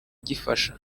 gifasha